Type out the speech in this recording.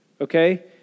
okay